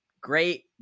great